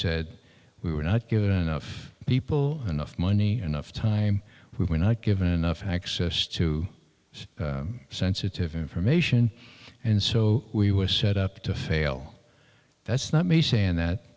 said we were not given enough people enough money enough time we were not given enough access to sensitive information and so we were set up to fail that's not me saying that